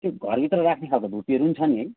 त्यो घरभित्र राख्ने खालको धुप्पीहरू पनि छ नि है